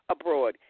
abroad